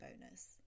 bonus